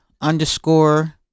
underscore